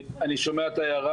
אני שומע את ההערה,